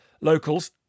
locals